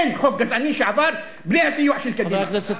אין חוק גזעני שעבר בלי הסיוע של קדימה.